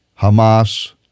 Hamas